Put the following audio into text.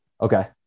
okay